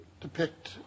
depict